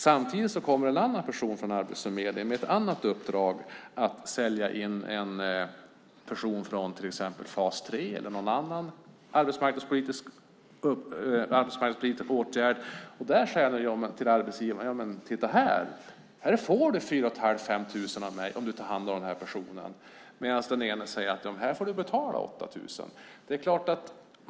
Samtidigt kommer en annan person från Arbetsförmedlingen med ett annat uppdrag att sälja in en person från till exempel fas 3 eller någon annan arbetsmarknadspolitisk åtgärd och säger till arbetsgivaren: Titta här, du får 4 500-5 000 kronor av mig om du tar hand om den här personen! Samtidigt säger den förste: Du får betala 8 000 kronor.